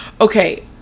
Okay